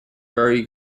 vary